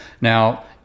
Now